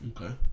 Okay